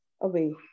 away